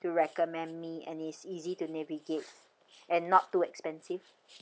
to recommend me and is easy to navigate and not too expensive